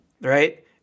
right